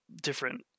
different